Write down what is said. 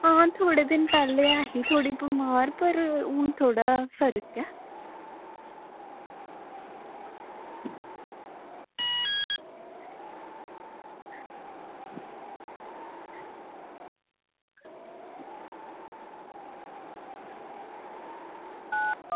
आं थोह्ड़े दिन पैह्लें ऐही थोह्ड़ी बमार पर हून थोह्ड़ा फर्क ऐ